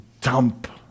dump